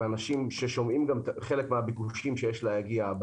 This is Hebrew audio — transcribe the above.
אנחנו שומעים גם חלק מן הביקושים שיש להגיע לישראל.